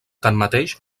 tanmateix